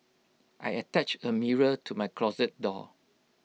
I attached A mirror to my closet door